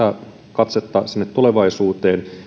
katsetta tulevaisuuteen